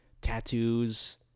tattoos